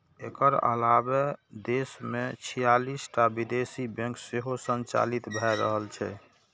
एकर अलावे देश मे छियालिस टा विदेशी बैंक सेहो संचालित भए रहल छै